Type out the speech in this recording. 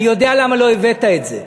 אני יודע למה לא הבאת את זה,